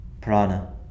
prana